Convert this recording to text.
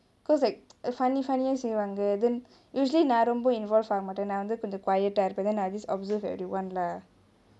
because like err funny funny யா செய்வாங்கே:yaa seivangae then usually நா ரொம்ப:naa romba involve ஆக மாட்டே நா வந்து கொஞ்சோ:aaga mattae naa vanthu konjo quiet டா இருப்பே:ta irupae then I just observe everyone lah